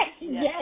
Yes